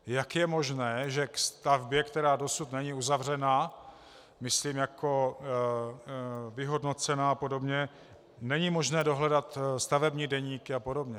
Jak je možné, že ke stavbě, která dosud není uzavřena, myslím vyhodnocena a podobně, není možné dohledat stavební deníky a podobně?